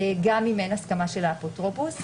גם אם אין הסכמה של האפוטרופוס.